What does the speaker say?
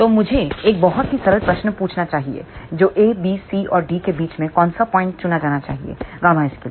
तो मुझे एक बहुत ही सरल प्रश्न पूछना चाहिए जो ए बी सी और डी के बीच मैं कौन सा पॉइंट चुना जाना चाहिए ΓS के लिए